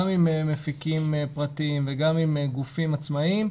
עם מפיקים פרטיים וגם עם גופים עצמאיים,